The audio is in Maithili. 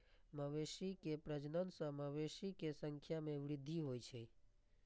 मवेशी के प्रजनन सं मवेशी के संख्या मे वृद्धि होइ छै